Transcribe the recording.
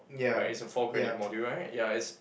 right is a four credit module right ya is